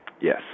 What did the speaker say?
Yes